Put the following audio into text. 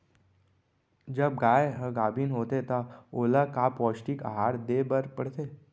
जब गाय ह गाभिन होथे त ओला का पौष्टिक आहार दे बर पढ़थे?